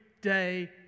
day